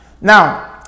Now